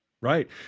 Right